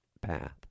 path